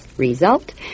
result